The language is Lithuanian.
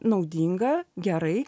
naudinga gerai